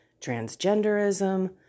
transgenderism